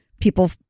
people